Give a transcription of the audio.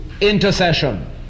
intercession